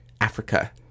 Africa